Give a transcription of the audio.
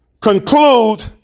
conclude